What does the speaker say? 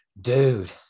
Dude